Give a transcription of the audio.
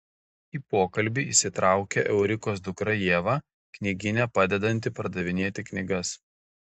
į pokalbį įsitraukia eurikos dukra ieva knygyne padedanti pardavinėti knygas